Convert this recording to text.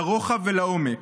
לרוחב ולעומק.